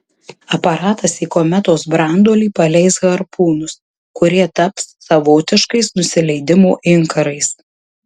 aparatas į kometos branduolį paleis harpūnus kurie taps savotiškais nusileidimo inkarais